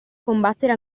combattere